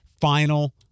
final